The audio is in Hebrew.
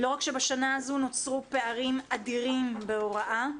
לא רק שבשנה זו נוצרו פערים אדירים בהוראה,